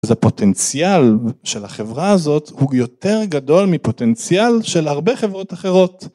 אז הפוטנציאל של החברה הזאת הוא יותר גדול מפוטנציאל של הרבה חברות אחרות.